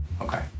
Okay